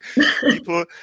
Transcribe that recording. People